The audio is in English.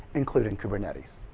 including kubernetes.